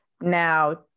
now